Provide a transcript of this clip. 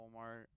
Walmart